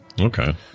Okay